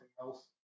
else